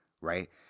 right